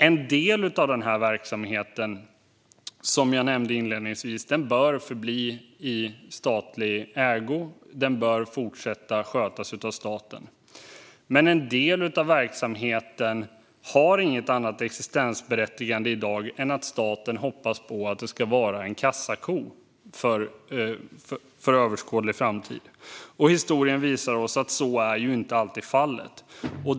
En del av denna verksamhet bör, som jag nämnde inledningsvis, förbli i statlig ägo och bör fortsätta att skötas av staten. Men en del av verksamheten har i dag inget annat existensberättigande än att staten hoppas på att detta ska vara en kassako för överskådlig framtid, och historien visar oss att så inte alltid är fallet.